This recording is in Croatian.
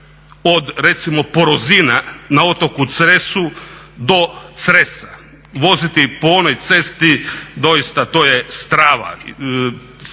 od recimo Porozina na otoku Cresu do Cresa. Voziti po onoj cesti doista to je strava.